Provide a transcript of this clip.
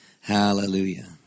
Hallelujah